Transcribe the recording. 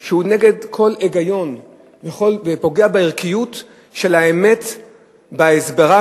שהוא נגד כל היגיון ופוגע בערך של האמת בהסברה,